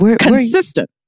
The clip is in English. consistent